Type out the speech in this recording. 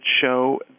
show